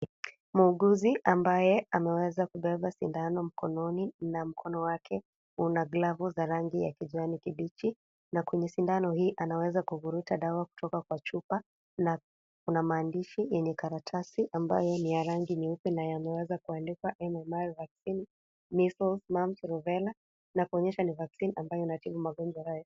Mhuguzi ambaye ameweza kubeba sindano mkononi na mkono wake Una glavu za rangi ya kijani kibichi. Na kwenye sindano hii, anaweza kuvuruta dawa kutoka kwa chupa na maandishi yenye karatasi ambayo ni ya rangi nyeupe na yameweza kuandikwa " MMR Vaccine Measles Mumps Rubella " kuonyesha ni vaccine ambayo inatibu magonjwa haya.